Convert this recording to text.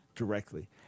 directly